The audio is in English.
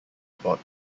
spot